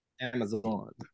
Amazon